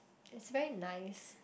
it's very nice